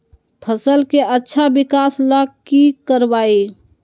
फसल के अच्छा विकास ला की करवाई?